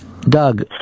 Doug